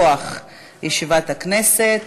מתכבדת לפתוח את ישיבת הכנסת.